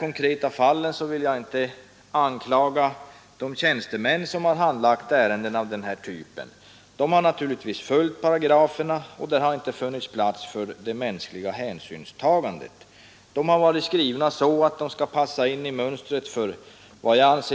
Jag vill inte anklaga de tjänstemän som har handlagt ärenden av den här typen. De har naturligtvis följt paragraferna, och där har inte funnits plats för mänskligt hänsynstagande. De har varit skrivna så att de skall passa in i mönstret